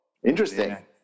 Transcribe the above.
Interesting